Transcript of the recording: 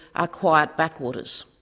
are quiet backwaters.